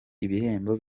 ibihembo